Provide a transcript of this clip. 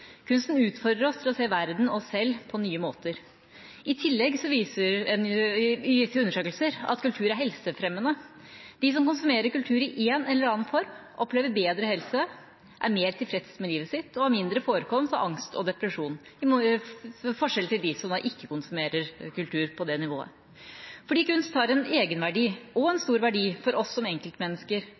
Kunsten utfordrer oss til å se verden og oss selv på nye måter. I tillegg viser undersøkelser at kultur er helsefremmende. De som konsumerer kultur i en eller annen form, opplever bedre helse, er mer tilfreds med livet sitt og har mindre forekomst av angst og depresjon sammenlignet med dem som ikke konsumerer kultur på det nivået. Fordi kunst har en egenverdi og en stor verdi for oss som enkeltmennesker